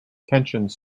tensions